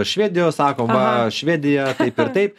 švedijos sakom va švedija taip ir taip